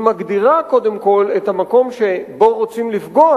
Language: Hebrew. היא מגדירה קודם כול את המקום שבו רוצים לפגוע